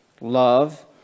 love